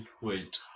wait